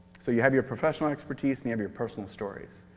so you have your professional expertise and you have your personal stories.